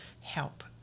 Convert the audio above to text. help